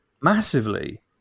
massively